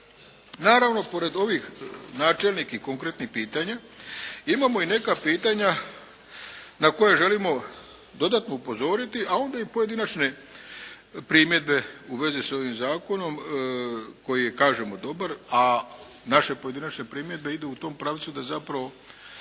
Naravno pored ovih načelnih i konkretnih pitanja imamo i neka pitanja na koje želimo dodatno upozoriti, a onda i pojedinačne primjedbe u vezi s ovim zakonom koji je kažemo dobar, a naše pojedinačne primjedbe idu u tom pravcu da zapravo